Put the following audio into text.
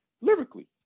lyrically